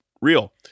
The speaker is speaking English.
real